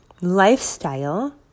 lifestyle